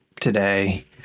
today